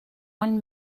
one